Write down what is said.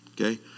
Okay